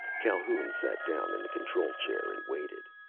calhoun sat down in the control chair and waited.